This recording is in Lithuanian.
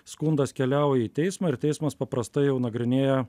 skundas keliauja į teismą ir teismas paprastai jau nagrinėja